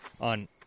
On